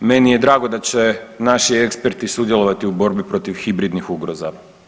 Meni je drago da će naši eksperti sudjelovati u borbi protiv hibridnih ugroza.